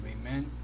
Amen